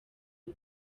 uru